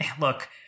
Look